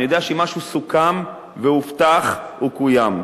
אני יודע שאם משהו סוכם והובטח, הוא קוים.